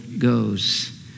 Goes